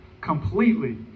completely